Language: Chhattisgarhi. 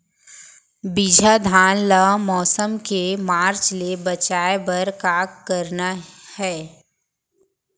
बिजहा धान ला मौसम के मार्च ले बचाए बर का करना है?